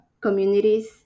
communities